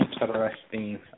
interesting